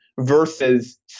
versus